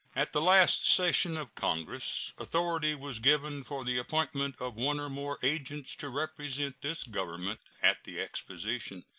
at the last session of congress authority was given for the appointment of one or more agents to represent this government at the exposition.